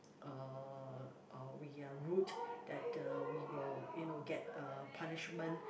uh uh we are rude that uh we will you know get uh punishment